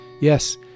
Yes